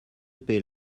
paix